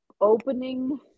opening